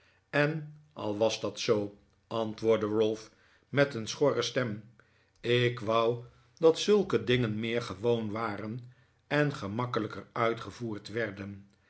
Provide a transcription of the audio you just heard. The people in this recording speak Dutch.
en al was dat zoo antwoordde ralph met een schorre stem ik wou dat zulke dingen meer gewoon waren en gemakkelijker uitgevoerd werden